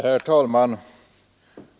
Herr talman!